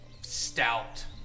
stout